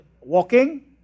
walking